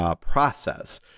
process